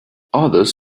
others